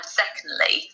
secondly